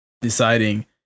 deciding